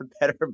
better